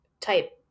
type